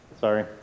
sorry